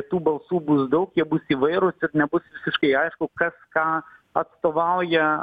tų balsų bus daug jie bus įvairūs ir nebus visiškai aišku kas ką atstovauja